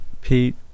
Pete